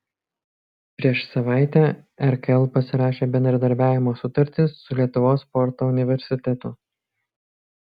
prieš savaitę rkl pasirašė bendradarbiavimo sutartį su lietuvos sporto universitetu